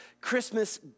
Christmas